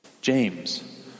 James